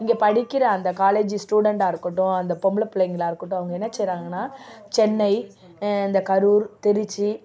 இங்கே படிக்கிற அந்த காலேஜ் ஸ்டூடெண்டாக இருக்கட்டும் அந்த பொம்பளைப் பிள்ளைங்களாக இருக்கட்டும் அவங்க என்ன செய்கிறாங்கன்னா சென்னை இந்த கரூர் திருச்சி